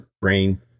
brain